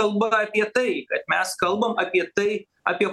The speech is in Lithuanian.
kalba apie tai kad mes kalbam apie tai apie